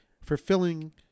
fulfilling